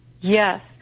Yes